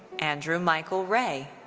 andrew michael ray.